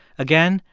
again,